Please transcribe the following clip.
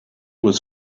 was